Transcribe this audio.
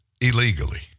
illegally